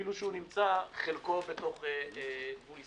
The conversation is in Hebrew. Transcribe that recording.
אפילו שהוא נמצא חלקו בתוך ישראל.